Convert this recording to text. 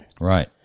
Right